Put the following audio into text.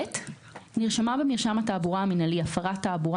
(ב)נרשמה במרשם התעבורה המינהלי הפרת תעבורה